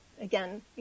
again